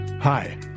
Hi